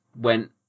went